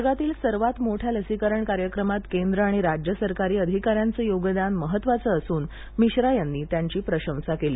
जगातील सर्वात मोठ्या लसीकरण कार्यक्रमात केंद्र आणि राज्य सरकारी अधिकाऱ्यांचं योगदान महत्वाचं असून मिश्रा यांनी प्रशंसा केली